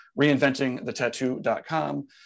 reinventingthetattoo.com